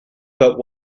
but